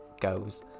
goes